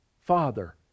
Father